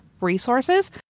resources